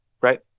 Right